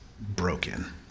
broken